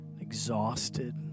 exhausted